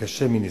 וקשה מנשוא.